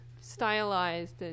stylized